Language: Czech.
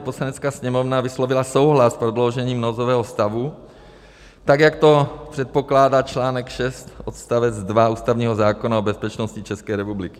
Poslanecká sněmovna vyslovila souhlas s prodloužením nouzového stavu, tak jak to předpokládá článek 6 odst. 2 ústavního zákona o bezpečnosti České republiky.